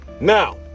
now